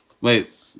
Wait